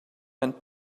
and